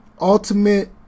Ultimate